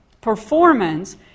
Performance